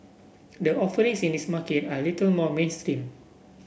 the offerings in this market are a little more mainstream